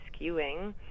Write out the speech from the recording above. skewing